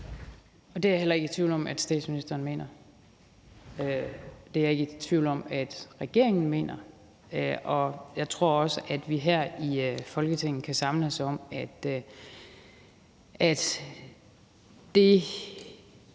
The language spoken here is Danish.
Det er jeg heller ikke i tvivl om at statsministeren mener. Det er jeg ikke i tvivl om at regeringen mener. Jeg tror også, at vi her i Folketinget kan samles om, at det,